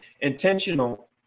intentional